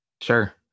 sure